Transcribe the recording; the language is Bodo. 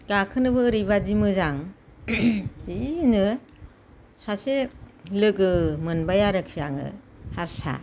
गाखोनोबो ओरैबायदि मोजां जिनो सासे लोगो मोनबाय आरोखि आङो हारसा